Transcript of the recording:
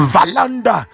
Valanda